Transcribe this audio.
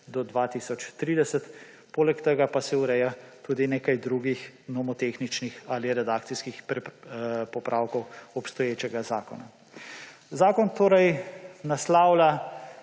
do 2030. Poleg tega pa se ureja tudi nekaj drugih nomotehničnih ali redakcijskih popravkov obstoječega zakona. Zakon torej naslavlja